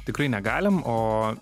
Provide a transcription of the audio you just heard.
tikrai negalim o